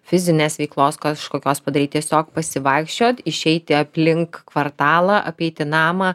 fizinės veiklos kažkokios padaryt tiesiog pasivaikščiot išeiti aplink kvartalą apeiti namą